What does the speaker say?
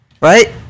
right